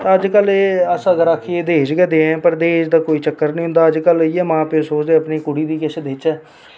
अजकल अस अगर आखचै तां दाज गै देआ ने पर दाज दा कोई चक्कर निं होंदा अजकल इ'यै मां प्यो सोचदे अपनी कुड़ी गी किश देचै